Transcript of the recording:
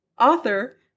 author